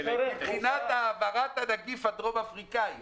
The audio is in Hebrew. מבחינת העברת הנגיף הדרום אפריקאי?